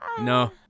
No